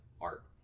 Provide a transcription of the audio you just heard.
art